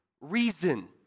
reason